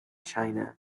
china